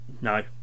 No